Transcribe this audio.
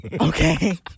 Okay